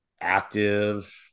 active